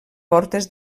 portes